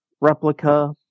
Replica